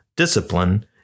discipline